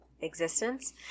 existence